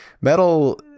Metal